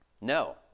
No